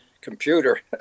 computer